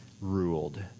ruled